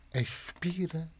expira